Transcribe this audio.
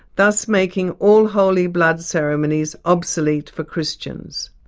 thus making all holy blood ceremonies obsolete for christians.